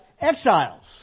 exiles